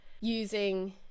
using